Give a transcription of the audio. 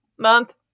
Month